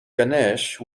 ganesh